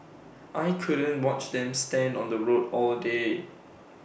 I couldn't watch them stand on the road all day